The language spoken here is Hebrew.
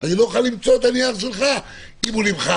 גם את הנייר שלך אני לא אוכל למצוא.